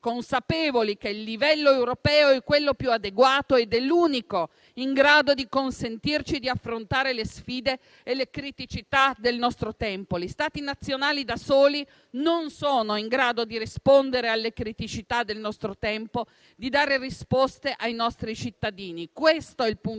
che il livello europeo è quello più adeguato ed è l'unico in grado di consentirci di affrontare le sfide e le criticità del nostro tempo. Gli Stati nazionali da soli non sono in grado di rispondere alle criticità del nostro tempo, di dare risposte ai nostri cittadini. Questo è il punto centrale,